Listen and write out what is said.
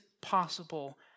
possible